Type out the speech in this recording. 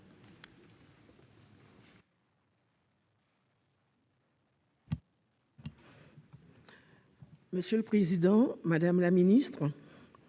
Monsieur le président, madame la ministre,